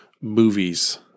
movies